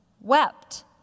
wept